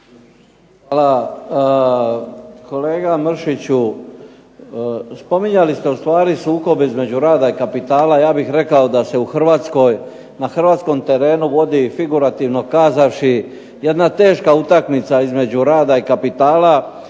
Hvala. Kolega Mršiću, spominjali ste ustvari sukob između rada i kapitala. Ja bih rekao da se u Hrvatskoj na hrvatskom terenu vodi figurativno kazavši jedna teška utakmica između rada i kapitala,